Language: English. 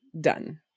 done